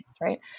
Right